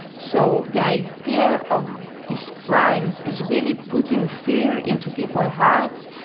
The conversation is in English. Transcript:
so the idea of these crimes is really putting fear into people's hearts.